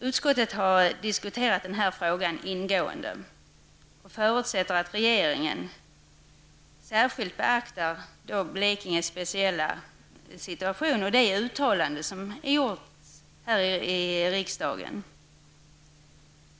Utskottet har diskuterat den här frågan ingående och förutsätter att regeringen särskilt beaktar Blekinges speciella situation och det uttalande som har gjorts här i riksdagen.